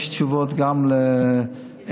יש תשובות גם לאיידס,